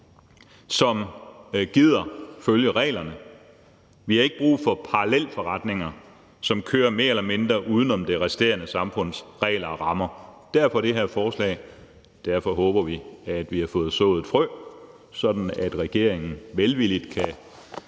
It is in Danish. som gider at følge reglerne; vi har ikke brug for parallelforretninger, som kører mere eller mindre uden om det resterende samfunds regler og rammer. Derfor det her forslag; derfor håber vi, at vi har fået sået et frø, sådan at regeringen velvilligt kan